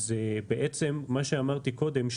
אז כמו שאמרתי קודם,